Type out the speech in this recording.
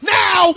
now